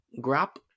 Grap